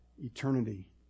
eternity